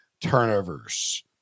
turnovers